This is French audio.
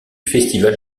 festival